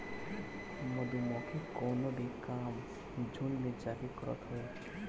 मधुमक्खी कवनो भी काम झुण्ड में जाके करत हवे